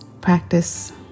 practice